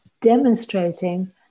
demonstrating